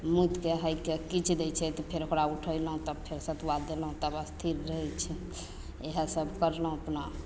मुतिके हगिके कीच दै छै तऽ फेर ओकरा उठेलहुँ तऽ फेर सतुआ देलहुँ तब स्थिर रहय छै इएह सब करलहुँ अपना